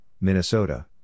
Minnesota